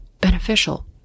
beneficial